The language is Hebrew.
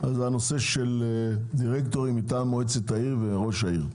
לנושא של דירקטורים מטעם מועצת העיר וראש העיר.